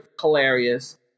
hilarious